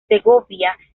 segovia